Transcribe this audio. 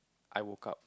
I woke up